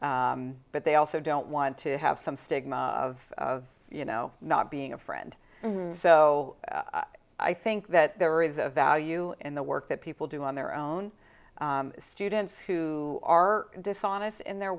but they also don't want to have some stigma of you know not being a friend so i think that there is a value in the work that people do on their own students who are dishonest in their